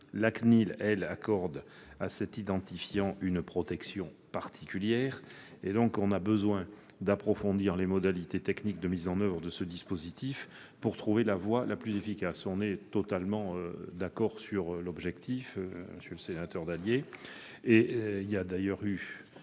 La CNIL, elle, accorde à cet identifiant une protection particulière. Nous avons donc besoin d'approfondir les modalités techniques de mise en oeuvre de ce dispositif pour trouver la voie la plus efficace. Nous sommes totalement d'accord sur l'objectif, monsieur le sénateur Dallier.